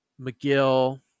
McGill